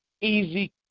easy